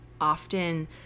often